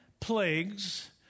plagues